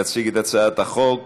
תציג את הצעת החוק